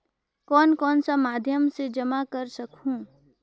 कौन कौन सा माध्यम से जमा कर सखहू?